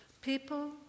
People